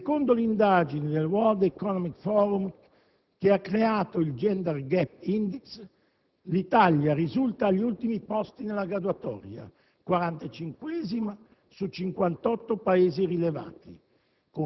Secondo l'indagine del *World Economic Forum* che ha creato il *Gender Gap Index*, l'Italia risulta agli ultimi posti della graduatoria: quarantacinquesima su 58 Paesi rilevati,